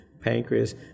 pancreas